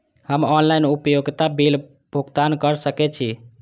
हम ऑनलाइन उपभोगता बिल भुगतान कर सकैछी?